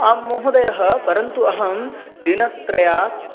आं महोदयः परन्तु अहं दिनत्रयात्